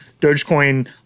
Dogecoin